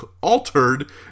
altered